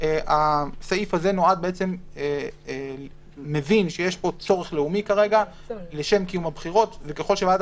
הסעיף הזה מבין שיש צורך לאומי לשם קיום הבחירות וככל שוועדת